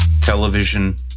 television